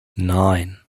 nine